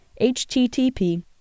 http